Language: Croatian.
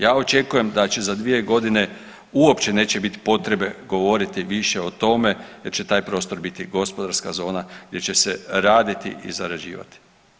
Ja očekujem da će za 2 godine uopće neće biti potrebe govoriti više o tome jer će taj prostor biti gospodarska zona gdje će se raditi i zarađivati.